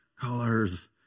Colors